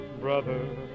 Brother